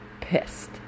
pissed